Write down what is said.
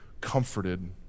comforted